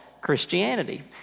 Christianity